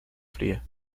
fría